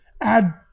add